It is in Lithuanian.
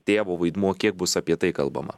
tėvo vaidmuo kiek bus apie tai kalbama